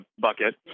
bucket